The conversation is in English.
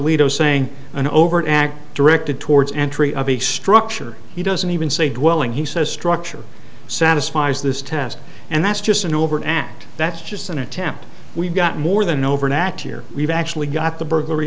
alito saying an overt act directed towards entry of a structure he doesn't even say dwelling he says structure satisfies this test and that's just an overt act that's just an attempt we've got more than over that year we've actually got the burglary